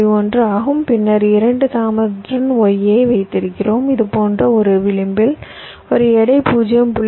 1 ஆகும் பின்னர் 2 தாமதத்துடன் y ஐ வைத்திருக்கிறோம் இது போன்ற ஒரு விளிம்பில் ஒரு எடை 0